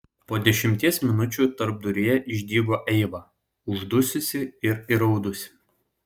po dešimties minučių tarpduryje išdygo eiva uždususi ir įraudusi